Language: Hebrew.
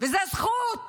וזו זכות